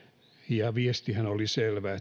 ja viestihän oli selvä